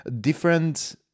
different